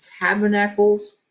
Tabernacles